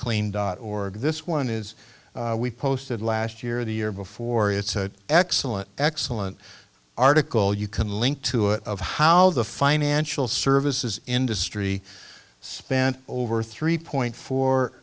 dot org this one is we posted last year the year before it's an excellent excellent article you can link to it of how the financial services industry spent over three point four